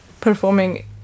performing